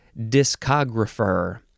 discographer